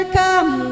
come